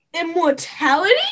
Immortality